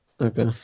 Okay